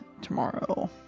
tomorrow